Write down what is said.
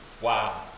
Wow